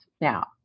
now